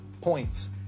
points